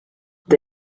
the